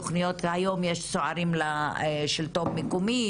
היום יש צוערים לשלטון מקומי,